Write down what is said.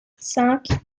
cinq